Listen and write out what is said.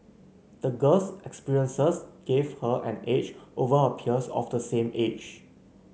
the girl's experiences gave her an edge over her peers of the same age